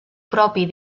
propi